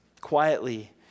quietly